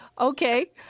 okay